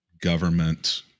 government